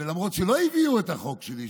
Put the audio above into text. ולמרות שלא הביאו את החוק שלי,